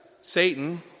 Satan